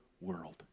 world